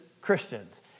Christians